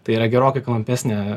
tai yra gerokai klampesnė